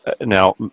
now